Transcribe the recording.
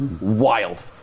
wild